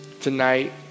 tonight